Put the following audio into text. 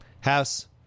House